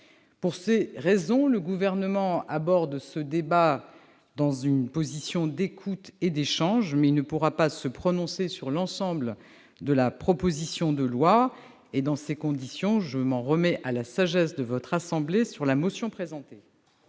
équilibré. Le Gouvernement aborde ce débat avec une volonté d'écoute et d'échanges, mais il ne pourra pas se prononcer sur l'ensemble de la proposition de loi. Dans ces conditions, je m'en remets à la sagesse du Sénat sur la motion présentée.